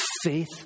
faith